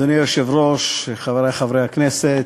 אדוני היושב-ראש, חברי חברי הכנסת,